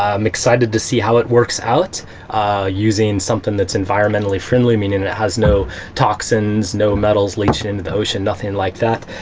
i'm excited to see how it works out using something that's environmentally friendly. meaning it it has no toxins, no metals leech into the ocean nothing like that.